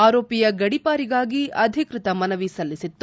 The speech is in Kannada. ಆರೋಪಿಯ ಗಡಿಪಾರಿಗಾಗಿ ಅಧಿಕೃತ ಮನವಿ ಸಲ್ಲಿಸಿತ್ತು